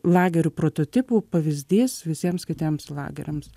lagerių prototipų pavyzdys visiems kitiems lageriams